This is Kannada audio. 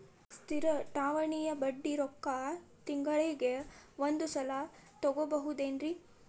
ಸ್ಥಿರ ಠೇವಣಿಯ ಬಡ್ಡಿ ರೊಕ್ಕ ತಿಂಗಳಿಗೆ ಒಂದು ಸಲ ತಗೊಬಹುದೆನ್ರಿ?